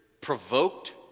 provoked